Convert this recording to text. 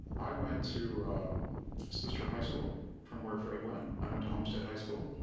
i went to sister high school from where fred went, i went to homestead high school.